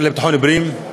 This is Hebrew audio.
השר לביטחון פנים,